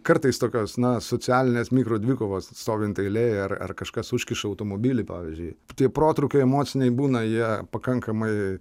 kartais tokios na socialinės mikrodvikovos stovint eilėj ar ar kažkas užkiša automobilį pavyzdžiui tai protrūkiai emociniai būna jie pakankamai